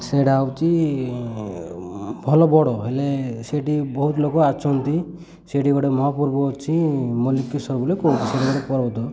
ସେଇଟା ହେଉଛି ଭଲ ବଡ଼ ହେଲେ ସେଇଠି ବହୁତ ଲୋକ ଆସନ୍ତି ସେଇଠି ଗୋଟେ ମହାପୂର୍ବ ଅଛି ମଲିକେଶ୍ଵର ବୋଲେ କୁହନ୍ତି ସେମାନେ ପର୍ବତ